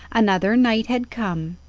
another night had come.